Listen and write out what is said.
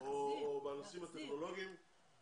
או על הבאת עולים בנושאים טכנולוגיים כי